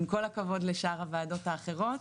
עם כל הכבוד לשאר הוועדות האחרות.